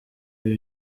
ibi